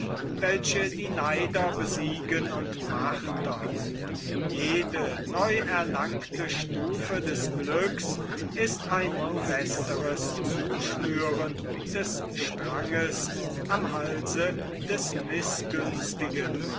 welche die neider besiegen und martern jede neu erlangte stufe des glücks ist ein festeres zuschnüren des stranges am halse des